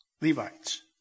Levites